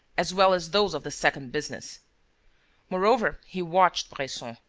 as well as those of the second business moreover, he watched bresson.